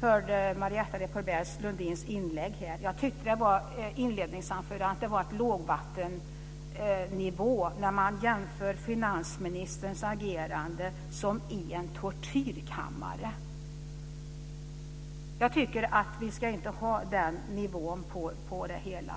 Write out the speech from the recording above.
hörde Marietta de Pourbaix-Lundins inledningsanförande. Jag tycker att det är långvattennivå när man jämför finansministerns agerande med en tortyrkammare. Vi ska inte ha den nivån på debatten.